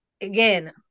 again